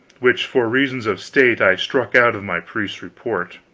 which for reasons of state i struck out of my priest's report.